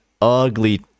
ugly